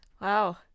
Wow